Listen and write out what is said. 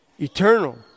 eternal